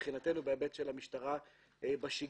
מבחינתנו בהיבט של המשטרה בשגרה.